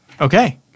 Okay